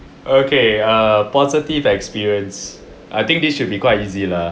okay err positive experience I think this should be quite easy lah